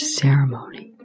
ceremony